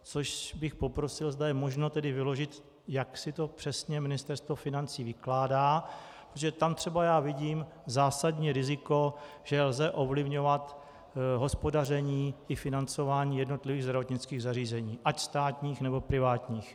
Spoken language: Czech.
Což bych poprosil, zda je možno tedy vyložit, jak si to přesně Ministerstvo financí vykládá, že tam třeba já vidím zásadní riziko, že lze ovlivňovat hospodaření i financování jednotlivých zdravotnických zařízení, ať státních, nebo privátních.